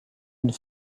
une